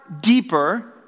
deeper